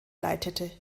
leitete